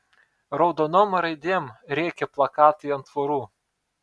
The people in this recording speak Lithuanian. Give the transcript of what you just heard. raudonom raidėm rėkė plakatai ant tvorų